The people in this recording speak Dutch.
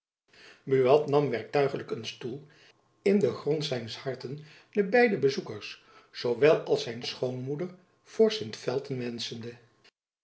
buat nam werktuigelijk een stoel in den grond zijns harten de beide bezoekers zoowel als zijn schoonmoeder